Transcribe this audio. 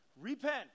repent